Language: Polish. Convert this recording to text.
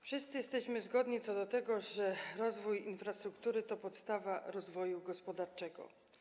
Wszyscy jesteśmy zgodni co do tego, że rozwój infrastruktury to podstawa rozwoju gospodarczego.